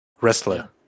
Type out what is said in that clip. wrestler